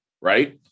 right